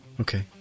okay